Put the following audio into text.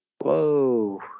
Whoa